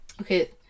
Okay